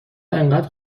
انقدر